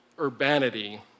urbanity